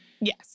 Yes